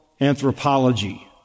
anthropology